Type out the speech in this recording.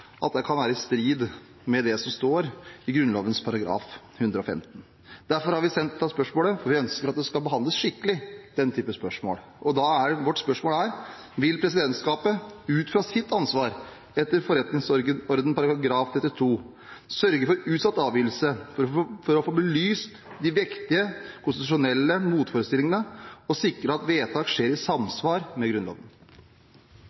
kan være i strid med det som står i Grunnloven § 115. Derfor har vi sendt dette spørsmålet. Vi ønsker at denne type spørsmål skal behandles skikkelig. Da er vårt spørsmål: Vil presidentskapet ut fra sitt ansvar etter forretningsordenens § 32 sørge for utsatt avgivelse for å få belyst de vektige konstitusjonelle motforestillingene og sikre at vedtak skjer i